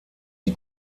die